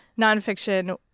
nonfiction